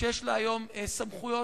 שיש לה היום סמכויות,